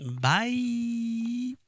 Bye